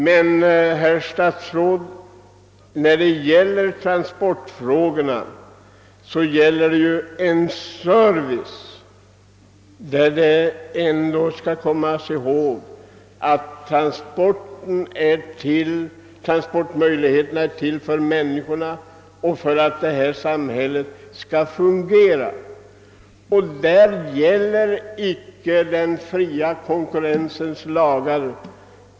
Men, herr statsråd, på transportområdet är det fråga om en service; transportmöjligheterna är till för människorna och för att samhället skall kunna fungera. Här gäller inte den fria konkurrensens lagar.